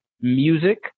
music